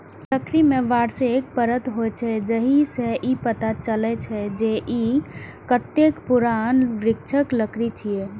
लकड़ी मे वार्षिक परत होइ छै, जाहि सं ई पता चलै छै, जे ई कतेक पुरान वृक्षक लकड़ी छियै